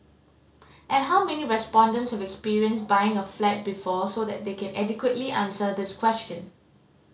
and how many respondents have experience buying a flat before so that they can adequately answer this question